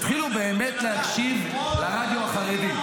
תתחילו להקשיב לרדיו החרדי.